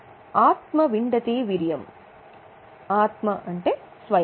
అప్పుడు ఆత్మ విండతే విర్యమ్ ఆత్మ అంటే స్వయం